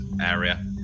area